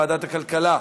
לוועדת הכלכלה נתקבלה.